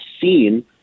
seen